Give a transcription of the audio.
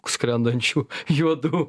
skrendančių juodų